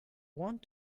want